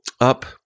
up